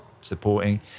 supporting